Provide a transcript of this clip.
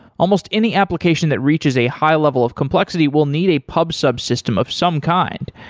almost any application that reaches a high level of complexity will need a pub-sub system of some kind,